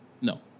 No